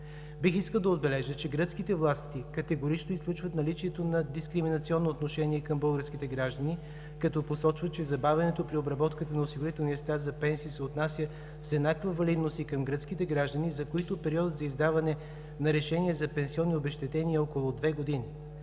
Бих искал да отбележа, че гръцките власти категорично изключват наличието на дискриминационно отношение към българските граждани, като посочват, че забавянето при обработката на осигурителния стаж за пенсии се отнася с еднаква валидност и към гръцките граждани, за които периодът за издаване на решения за пенсионни обезщетения е около две години.